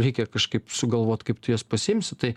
reikia kažkaip sugalvot kaip tu jas pasiimsi tai